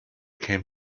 came